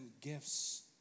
gifts